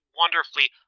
wonderfully